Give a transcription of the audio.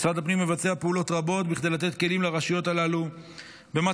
משרד הפנים מבצע פעולות רבות בכדי לתת כלים לרשויות הללו במטרה